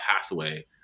pathway